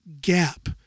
gap